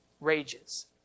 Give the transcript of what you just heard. rages